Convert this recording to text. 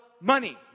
money